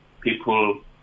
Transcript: people